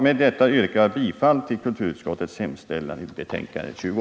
Med detta yrkar jag bifall till kulturutskottets hemställan i betänkandet nr 20.